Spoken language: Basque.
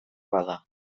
bada